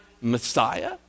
Messiah